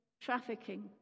trafficking